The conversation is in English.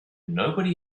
nobody